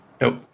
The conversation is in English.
Nope